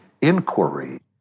inquiry